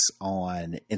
on